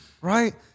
Right